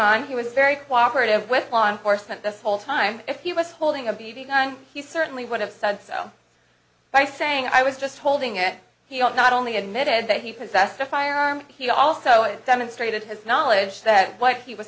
on he was very cooperated with law enforcement this whole time if he was holding a b b gun he certainly would have said so by saying i was just holding it he ought not only admitted that he possessed a firearm and he also it demonstrated his knowledge that what he was